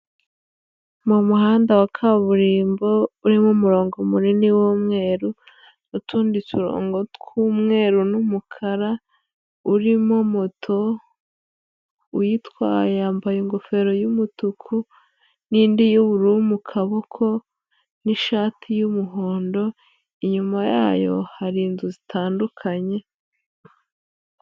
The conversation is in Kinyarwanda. Mu muhanda wa kaburimbo, urimo umurongo munini w'umweru n'utundi turongo tw'umweru n'umukara, urimo moto, uyitwaye yambaye ingofero y'umutuku n'indi y'ubururu mu kaboko n'ishati y'umuhondo, inyuma yayo hari inzu zitandukanye.